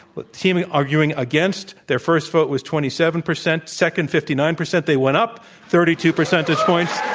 but team ah arguing against their first vote was twenty seven percent, second fifty nine percent. they went up thirty two percentage points.